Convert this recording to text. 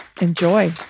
enjoy